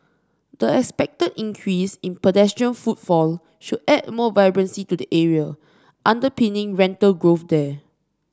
the expected increase in pedestrian footfall should add more vibrancy to the area underpinning rental growth there